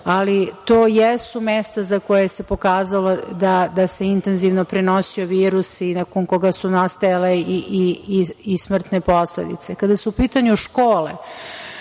ali to jesu mesta za koja se pokazalo da se intenzivno prenosio virus i nakon kojih su nastajale i smrtne posledice. Kada su u pitanju škole,